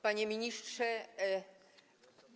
Panie Ministrze!